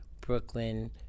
Brooklyn